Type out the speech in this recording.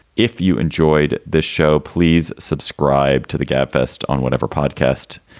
if you enjoyed this show, please subscribe to the gabfest on whatever podcast.